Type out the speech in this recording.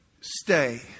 stay